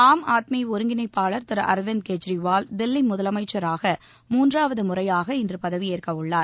ஆம்ஆத்மி ஒருங்கிணைப்பாளர் திரு அர்விந்த் கெஜ்ரிவால் தில்லி முதலமைச்சராக மூன்றாவது முறையாக இன்று பதவியேற்க உள்ளார்